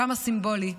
כמה סימבולי,